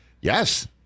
Yes